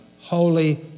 holy